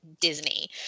Disney